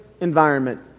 environment